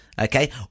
Okay